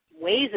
ways